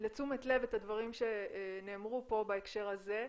לתשומת לב את הדברים שנאמרו פה בהקשר הזה,